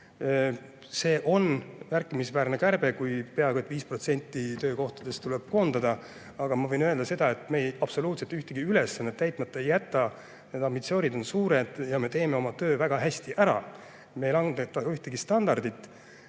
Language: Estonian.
See on märkimisväärne kärbe, kui peaaegu 5% töökohtadest tuleb koondada, aga ma võin öelda seda, et me absoluutselt ühtegi ülesannet täitmata ei jäta, need ambitsioonid on suured ja me teeme oma töö väga hästi ära, me ei langeta ka ühtegi standardit.